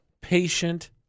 patient